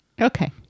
Okay